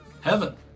Heaven